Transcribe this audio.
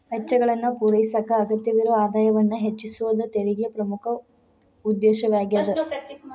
ವೆಚ್ಚಗಳನ್ನ ಪೂರೈಸಕ ಅಗತ್ಯವಿರೊ ಆದಾಯವನ್ನ ಹೆಚ್ಚಿಸೋದ ತೆರಿಗೆ ಪ್ರಮುಖ ಉದ್ದೇಶವಾಗ್ಯಾದ